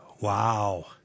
Wow